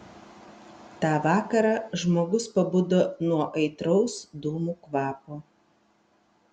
tą vakarą žmogus pabudo nuo aitraus dūmų kvapo